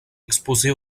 exposée